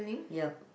yep